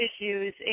issues